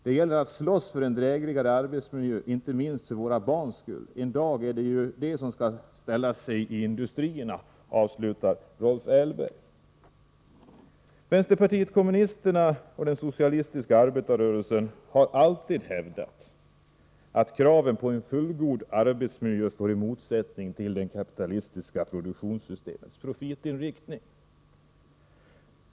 Det gäller att slåss för en drägligare arbetsmiljö — inte minst för våra barns skull. En dag är det ju de som skall ställa sig i industrierna, avslutar Rolf Ählberg. Vänsterpartiet kommunisterna och den socialistiska arbetarrörelsen har alltid hävdat att kraven på en fullgod arbetsmiljö står i motsättning till det kapitalistiska produktionssystemets profitinriktning.